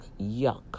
Yuck